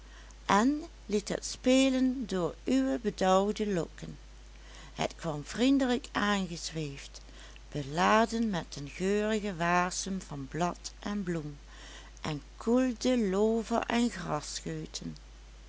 en liet het spelen door uwe bedauwde lokken het kwam vriendelijk aangezweefd beladen met den geurigen wasem van blad en bloem en koelde loover en